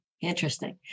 Interesting